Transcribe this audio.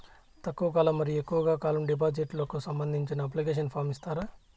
తక్కువ కాలం మరియు ఎక్కువగా కాలం డిపాజిట్లు కు సంబంధించిన అప్లికేషన్ ఫార్మ్ ఇస్తారా?